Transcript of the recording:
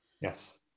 Yes